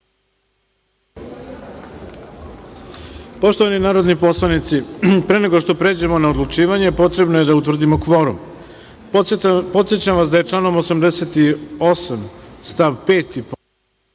časova. Poštovani narodni poslanici, pre nego što pređemo na odlučivanje potrebno je da utvrdimo kvorum. Podsećam vas da je članom 88. stav 5.